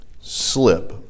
slip